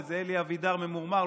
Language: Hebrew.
איזה אלי אבידר ממורמר,